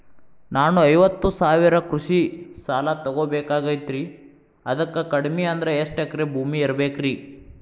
ನಾನು ಐವತ್ತು ಸಾವಿರ ಕೃಷಿ ಸಾಲಾ ತೊಗೋಬೇಕಾಗೈತ್ರಿ ಅದಕ್ ಕಡಿಮಿ ಅಂದ್ರ ಎಷ್ಟ ಎಕರೆ ಭೂಮಿ ಇರಬೇಕ್ರಿ?